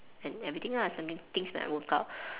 and everything lah I mean things might work out